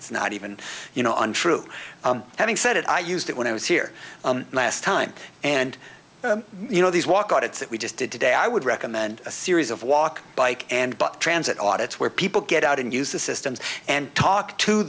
it's not even you know untrue having said it i used it when i was here last time and you know these walk out it's that we just did today i would recommend a series of walk bike and but transit audits where people get out and use the systems and talk to